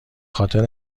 خاطر